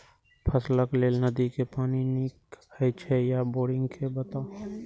फसलक लेल नदी के पानी नीक हे छै या बोरिंग के बताऊ?